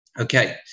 Okay